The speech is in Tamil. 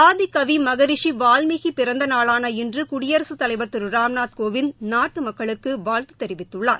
ஆதிகவிமகரிஷிவால்மீகிபிறந்தநாளான இன்றுகுடியரசுத் தலைவர் திருராம்நாத் கோவிந்த் நாட்டுமக்களுக்குவாழ்த்துத் தெரிவித்துள்ளார்